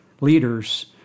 leaders